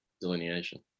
delineation